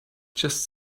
just